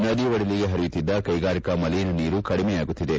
ನದಿ ಒಡಲಿಗೆ ಪರಿಯುತ್ತಿದ್ದ ಕೈಗಾರಿಕಾ ಮಲೀನ ನೀರು ಕಡಿಮೆಯಾಗುತ್ತಿದೆ